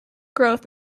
growth